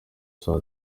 saa